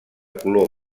color